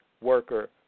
worker